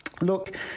Look